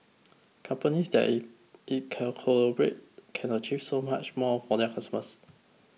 companies that in in can collaborate can achieve so much more for their customers